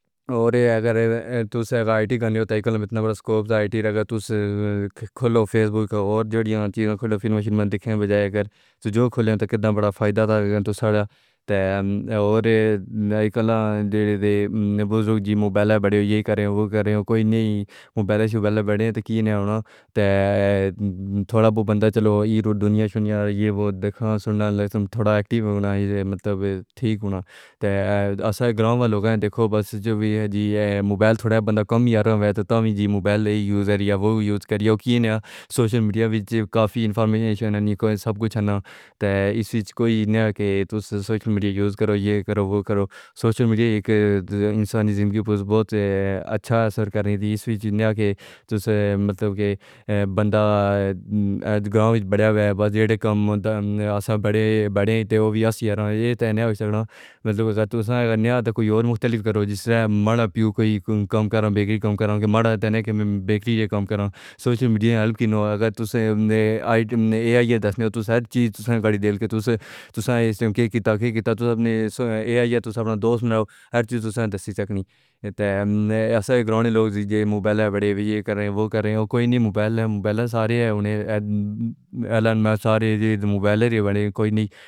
اور اگر تس ائی ٹی کا تے اتنا بڑا سکوپ۔ اگر تس کھولو فیس بک اور جڑیاں چیزیں، فلمیں فلمیں دیکھنے بجائے، اگر جو کھولیں تو کتنا بڑا فائدہ ہے؟ تو ساڈا تے اور مائی کالا جڑ دے۔ بض لوگ جی موبائلاں بڑے، یہ کریں وہ کریں، کوئی نئی۔ موبائلان شبائلان بڑے، تو کی نئی ہونا؟ تے... تھوڑا، وہ بندہ چلو، عیر دنیا شنیا، یہ وہ دیکھاں سن، تھوڑا ایکٹیو ہونا، مطلب ٹھیک ہو نا؟ تے اساں گراں والوں لوگان دیکھو، بس جو وی ہے جی، یہ ہے موبائل تھوڑا ہے۔ بندہ کم یاراں ہوئے تے تاں وجہ موبائل اے یوز کر یا، تے وہ یوز کریو کی نیا؟ سوشل میڈیا وچ کافی انفارمیشن نکو، سب کچھ ہے نا؟ تے اس وچ کوئی نیا کے تو تس سوشل میڈیا یوز کرو، یہ کرو وہ کرو۔ سوشل میڈیا ایک انسانی زندگی۔ بہت اچھا سر کرنے دی جنیا کے تس مطلب کہ بندہ۔ گاؤں وچ بڑے ہوئے، بس جڑے کم ہوندا ہے۔ اساں بڑے بڑے دیو، اسی اراں یہ تے نیا۔ مطلب تساں اگر نیا تے کوئی اور مختلف گھر ہو، جس سے مڑا پیو کوئی کم کر داں، بیکری کام کراں، ماڑا تے نیک بیکری تے کام کراں۔ سوشل میڈیا ہیلپ کی نواگت سے، ائی اے ائی کی ہیلپ سے۔ توس ہر چیز۔ تساں اس ٹیم کے کیتا کے کیتا؟ تس۔ اے ائی تساں اپنا دوست بناؤ۔ ہر چیز تساں دستی سکنی۔ تے اساں گرانے لوگ موبائلے وڑے، یہ کرے وہ کرے، او کوئی نئی۔ موبائل لیں، موبائل موبائلے سارے ہونے